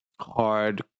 hard